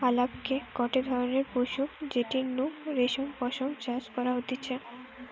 আলাপকে গটে ধরণের পশু যেটির নু রেশম পশম চাষ করা হতিছে